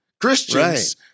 Christians